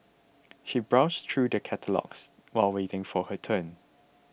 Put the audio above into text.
she browsed through the catalogues while waiting for her turn